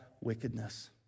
wickedness